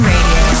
Radio